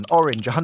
orange